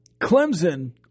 Clemson